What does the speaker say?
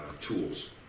tools